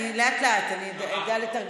לאט-לאט אני אדע,